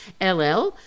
LL